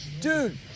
Dude